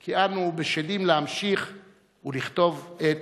כי אנו בשלים להמשיך לכתוב את